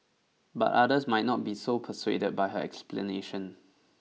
but others might not be so persuaded by her explanation